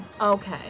Okay